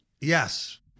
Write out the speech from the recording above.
Yes